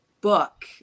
book